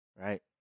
Right